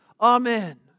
Amen